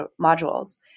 modules